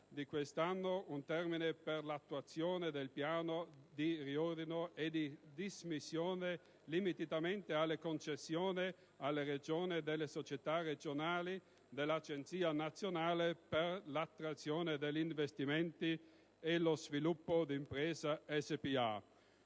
dicembre 2010 un termine per l'attuazione del piano di riordino e di dismissione, limitatamente alla cessione alle Regioni delle società regionali dell'Agenzia nazionale per l'attrazione degli investimenti e lo sviluppo d'impresa Spa.